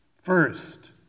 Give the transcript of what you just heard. First